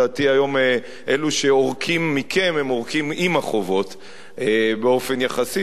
לדעתי היום אלה שעורקים מכם עורקים עם החובות באופן יחסי.